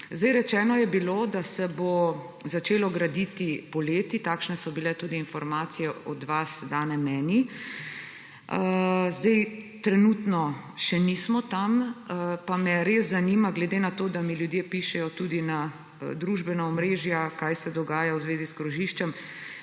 Rečeno je bilo, da se bo začelo graditi poleti, takšne so bile tudi informacije od vas dane meni. Trenutno še nismo tam. Pa me res zanima glede na to, da mi ljudje pišejo tudi na družbena omrežja, kaj se dogaja v zvezi s krožiščem.